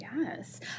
Yes